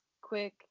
quick